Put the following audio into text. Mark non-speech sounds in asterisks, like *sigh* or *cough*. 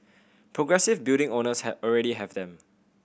progressive building owners *unintelligible* already have them